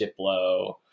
diplo